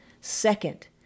Second